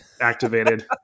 activated